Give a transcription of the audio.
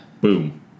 Boom